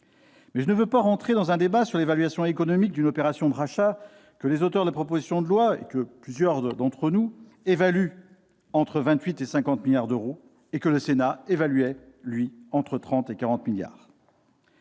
mais je ne veux pas entrer dans un débat sur l'évaluation économique d'une opération de rachat que les auteurs de la proposition de loi et que plusieurs d'entre nous évaluent entre 28 et 50 milliards d'euros et que le Sénat évaluait, pour sa part, entre 30 et 40 milliards